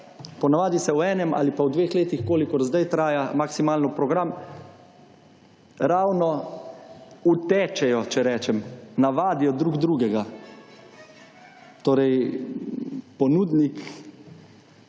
Ponavadi se v enem ali pa v dveh letih kolikor zdaj traja maksimalno program, ravno utečejo, če rečem, navadijo drug drugega. Torej ponudnik